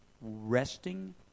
resting